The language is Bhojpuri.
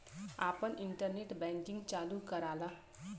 आपन इन्टरनेट बैंकिंग चालू कराला